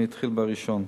ואתחיל בראשון.